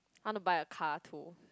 I want to buy a car too